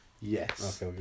Yes